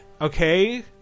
okay